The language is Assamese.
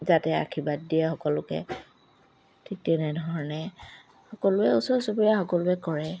যাতে আশীৰ্বাদ দিয়ে সকলোকে ঠিক তেনেধৰণে সকলোৱে ওচৰ চুবুৰীয়া সকলোৱে কৰে